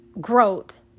growth